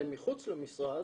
שהן מחוץ למשרד,